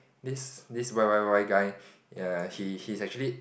this this Y Y_Y guy ya he he's actually